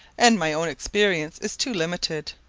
and my own experience is too limited.